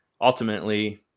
ultimately